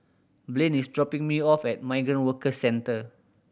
Blaine is dropping me off at Migrant Workers Centre